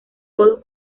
codo